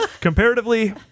Comparatively